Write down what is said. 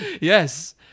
yes